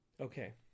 Okay